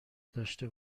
داشته